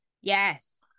Yes